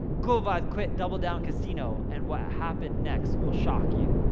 khulbat quit double down casino and what happened next will shock you,